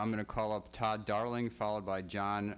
i'm going to call up todd darling followed by john